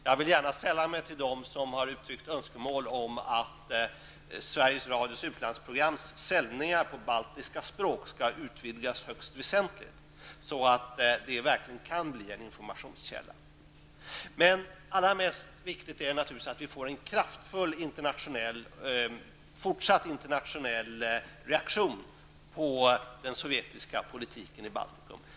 Jag vill gärna sälla mig till dem som har uttryckt önskemål om att Sveriges Radios utlandsprograms sändningar på baltiska språk skall utvidgas högst väsentligt så att de verkligen kan bli en informationskälla. Men viktigast är att vi får en fortsatt kraftfull internationell reaktion på den sovjetiska politiken i Baltikum.